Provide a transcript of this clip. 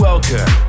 Welcome